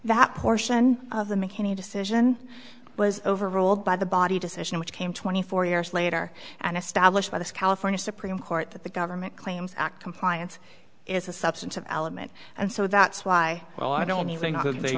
that portion of the mckinney decision was overruled by the body decision which came twenty four years later and established by the california supreme court that the government claims act compliance is a substantive element and so that's why well i don't